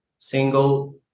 single